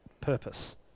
purpose